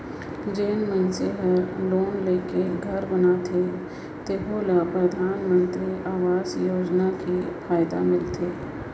जेन मइनसे हर लोन लेके घर बनाथे तेहु ल परधानमंतरी आवास योजना कर फएदा मिलथे